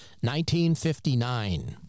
1959